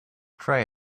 try